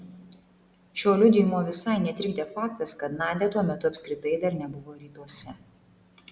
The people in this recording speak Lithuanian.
šio liudijimo visai netrikdė faktas kad nadia tuo metu apskritai dar nebuvo rytuose